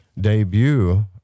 debut